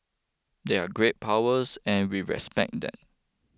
they're great powers and we respect that